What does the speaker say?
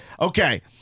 Okay